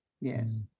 yes